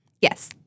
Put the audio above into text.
Yes